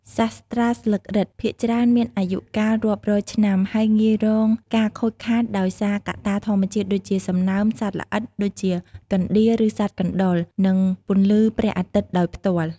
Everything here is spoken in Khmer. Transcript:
សាស្រ្តាស្លឹករឹតភាគច្រើនមានអាយុកាលរាប់រយឆ្នាំហើយងាយរងការខូចខាតដោយសារកត្តាធម្មជាតិដូចជា សំណើម សត្វល្អិត ដូចជា កណ្តៀរ ឬសត្វកណ្តុរ និងពន្លឺព្រះអាទិត្យដោយផ្ទាល់។